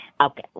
Okay